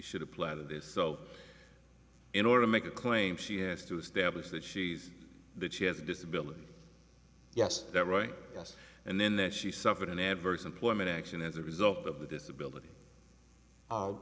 should apply to this so in order to make a claim she has to establish that she is that she has a disability yes that right yes and then there she suffered an adverse employment action as a result of the disability